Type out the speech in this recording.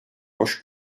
hoş